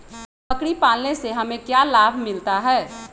बकरी पालने से हमें क्या लाभ मिलता है?